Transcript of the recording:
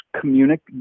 communicate